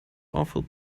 awful